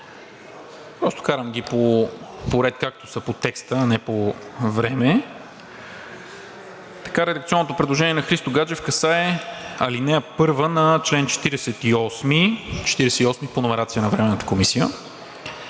Гаджев. Карам ги поред, както са по текста, а не по време. Редакционното предложение на Христо Гаджев касае ал. 1 на чл. 48 по номерация на Временната комисия.